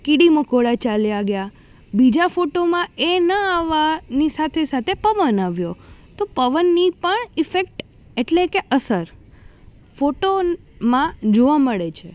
કીડી મંકોડા ચાલ્યા ગયાં બીજા ફોટોમાં એ ન આવવાની સાથે સાથે પવન આવ્યો તો પવનની પણ ઇફેક્ટ એટલે કે અસર ફોટો માં જોવા મળે છે